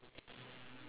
uh your